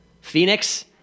Phoenix